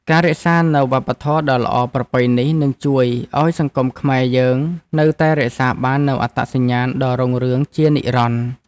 ការរក្សានូវវប្បធម៌ដ៏ល្អប្រពៃនេះនឹងជួយឱ្យសង្គមខ្មែរយើងនៅតែរក្សាបាននូវអត្តសញ្ញាណដ៏រុងរឿងជានិរន្តរ៍។